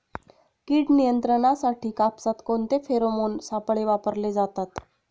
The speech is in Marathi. कीड नियंत्रणासाठी कापसात कोणते फेरोमोन सापळे वापरले जातात?